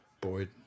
Boyd